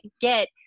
get